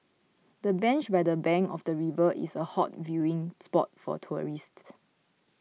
the bench by the bank of the river is a hot viewing spot for tourists